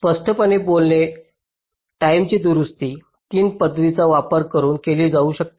स्पष्टपणे बोलणे टाईमची दुरुस्ती 3 पध्दतींचा वापर करुन केली जाऊ शकते